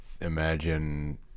imagine